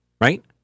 Right